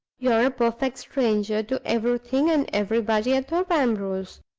you are a perfect stranger to everything and everybody at thorpe ambrose!